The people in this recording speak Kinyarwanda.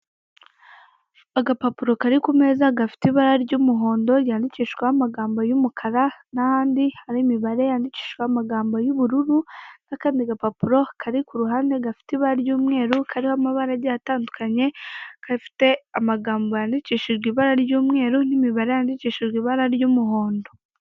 Agapapuro kari ku meza gafite ibara ry'umuhondo yandikishijweho amagambo y'umukara n'ahandi hari imibare yandikishijweho amagambo y'ubururu, n'akandi gapapuro kari kuhande gafite ibara ry'umweru kariho amabara agiye atandukanye, gafite amagambo yandikishijwe ibara ry'umweru n'imibare yandikishijwe ibara ry'umuhondo.